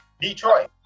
Detroit